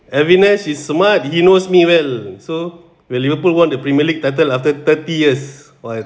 evenesh is smart he knows me well so when liverpool won the premier league title after thirty years